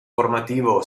formativo